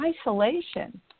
isolation